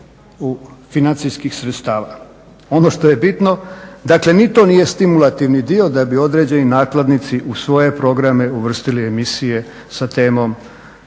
financijskih sredstava. Ono što je bitno dakle ni to nije stimulativni dio da bi određeni nakladnici u svoje programe uvrstili emisije sa temom